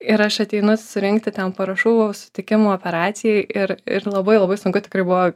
ir aš ateinu surengti ten parašau sutikimų operacijai ir ir labai labai sunku tikrai buvo